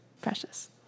Precious